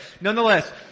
nonetheless